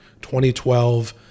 2012